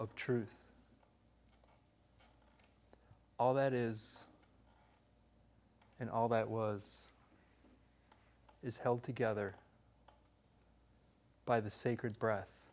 of truth all that is and all that was is held together by the sacred br